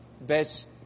best